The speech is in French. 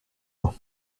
loin